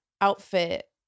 outfit